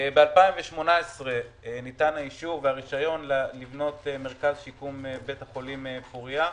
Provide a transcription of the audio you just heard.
ב-2018 ניתן אישור ורישיון לבנות מרכז שיקום בבית החולים פוריה.